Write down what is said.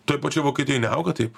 toj pačioj vokietijoj neauga taip